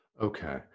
Okay